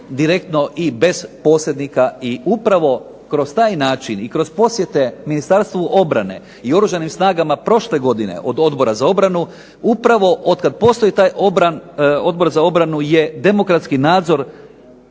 direktno i bez posrednika. I upravo kroz taj način i kroz posjete Ministarstvu obrane i Oružanim snagama prošle godine od Odbora za obranu, upravu od kada postoji taj Odbor za obranu je demokratski nadzor